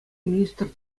министр